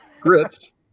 grits